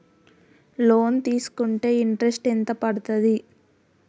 Loan తీస్కుంటే interest ఎంత పడ్తది?